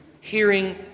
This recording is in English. hearing